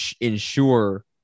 ensure